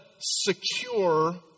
secure